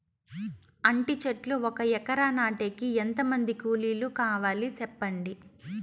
అంటి చెట్లు ఒక ఎకరా నాటేకి ఎంత మంది కూలీలు కావాలి? సెప్పండి?